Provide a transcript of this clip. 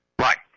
Right